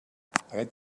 aquest